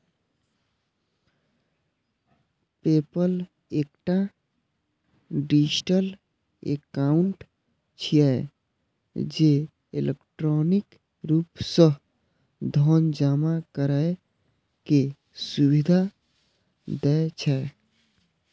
PayPal एकटा digital account छियै, जे इलेक्ट्रॉनिक रूप सं धन जमा करै के सुविधा दै छै